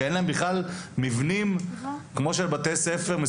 שאין להם בכלל מבנים מסודרים כמו של בתי ספר.